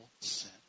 sin